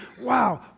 wow